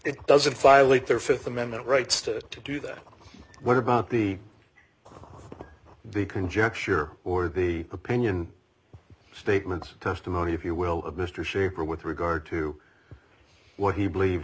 it doesn't filing their fifth amendment rights to do that what about the the conjecture or the opinion statements testimony if you will of mr scherer with regard to what he believe